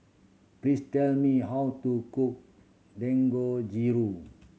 please tell me how to cook Dangojiru